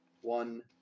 One